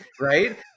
right